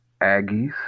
Aggies